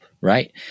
right